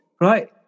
right